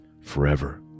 forever